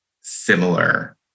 similar